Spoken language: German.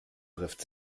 trifft